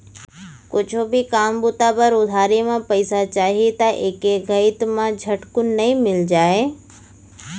कुछु भी काम बूता बर उधारी म पइसा चाही त एके घइत म झटकुन नइ मिल जाय